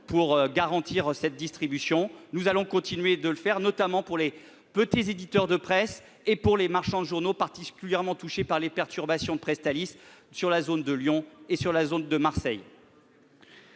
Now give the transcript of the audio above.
pour préserver cette distribution. Nous allons continuer de le faire, notamment pour les petits éditeurs de presse et pour les marchands de journaux particulièrement touchés par les perturbations affectant Presstalis dans les régions de Lyon et Marseille.